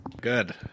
Good